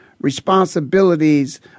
responsibilities